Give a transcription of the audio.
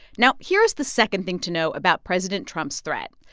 now, here's the second thing to know about president trump's threat.